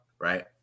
right